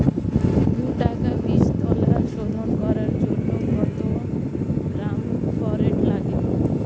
দু কাটা বীজতলা শোধন করার জন্য কত গ্রাম ফোরেট লাগে?